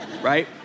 right